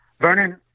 Vernon